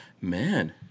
Man